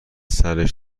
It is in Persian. سرش